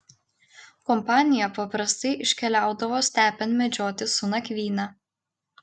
kompanija paprastai iškeliaudavo stepėn medžioti su nakvyne